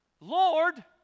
Lord